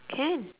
can